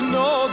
no